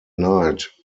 night